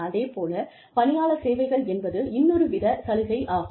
அதே போல பணியாளர் சேவைகள் என்பது இன்னொரு வித சலுகை ஆகும்